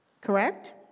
correct